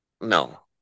No